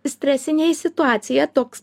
stresinėje situacija toks